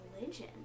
religion